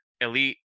Elite